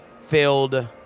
Filled